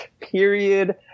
Period